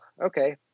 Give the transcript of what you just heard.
okay